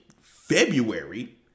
February